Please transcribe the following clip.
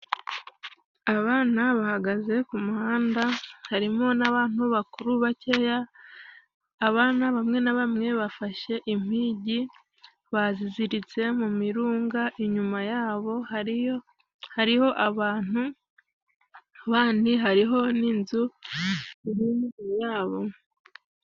Abana bahagaze ku muhanda harimo n'abantu bakuru bakeya. Abana bamwe na bamwe bafashe impigi baziziritse mu mirunga inyuma yabo hariyo hariho abantu bandi hariho n'inzu wabo.